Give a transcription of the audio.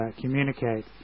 communicate